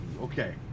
Okay